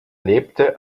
lebte